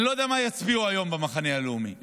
אני לא יודע מה יצביעו היום במחנה הממלכתי,